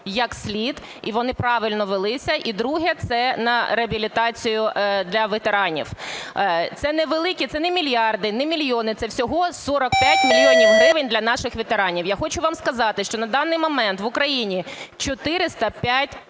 як слід і вони правильно велися. І друге – це на реабілітацію для ветеранів. Це невеликі, це не мільярди, не мільйони – це всього 45 мільйонів гривень для наших ветеранів. Я хочу вам сказати, що на даний момент в Україні 405